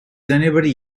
anybody